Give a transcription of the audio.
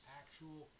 actual